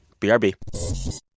BRB